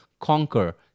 conquer